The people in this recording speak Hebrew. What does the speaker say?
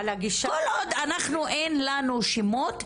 כל עוד אנחנו אין לנו שמות,